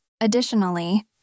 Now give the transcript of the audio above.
Additionally